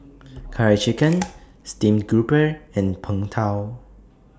Curry Chicken Steamed Grouper and Png Tao